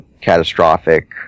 catastrophic